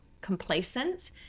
complacent